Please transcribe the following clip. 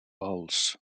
owls